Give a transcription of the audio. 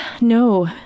no